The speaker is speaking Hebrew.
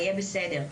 יהיה בסדר.